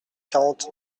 quarante